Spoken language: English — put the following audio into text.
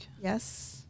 Yes